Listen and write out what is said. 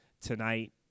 tonight